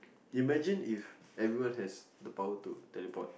imagine if everyone has the power to teleport